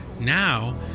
now